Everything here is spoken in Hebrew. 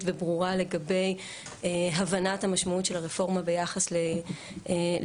וברורה לגבי הבנת המשמעות של הרפורמה ביחס לצעירים,